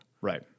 right